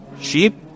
sheep